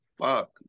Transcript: fuck